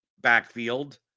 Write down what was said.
backfield